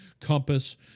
compass